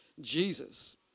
Jesus